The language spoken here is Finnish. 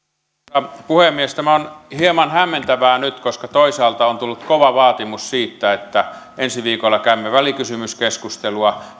arvoisa puhemies tämä on hieman hämmentävää nyt koska toisaalta on tullut kova vaatimus siitä että kun ensi viikolla käymme välikysymyskeskustelua